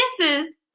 chances